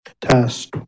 Test